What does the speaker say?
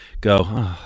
go